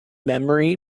memory